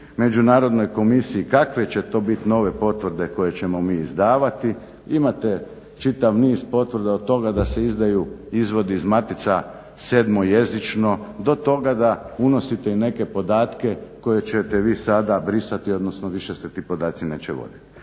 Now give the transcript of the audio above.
Međunarodnoj komisiji kakve će to biti nove potvrde koje ćemo mi izdavati. Imate čitav niz potvrda od toga da se izdaju izvodi iz matica sedmojezično do toga da unosite i neke podatke koje ćete vi sada brisati odnosno više se ti podaci neće voditi.